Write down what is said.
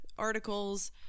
articles